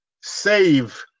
save